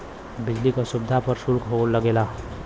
बिजली क सुविधा पर सुल्क लगेला